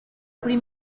kuri